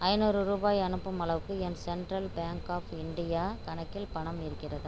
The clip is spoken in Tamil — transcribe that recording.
ஐநூறு ரூபாய் அனுப்பும் அளவுக்கு என் சென்ட்ரல் பேங்க் ஆஃப் இந்தியா கணக்கில் பணம் இருக்கிறதா